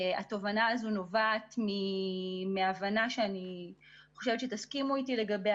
התובנה הזו נובעת מהבנה שאני חושבת שתסכימו איתי לגביה,